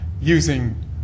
using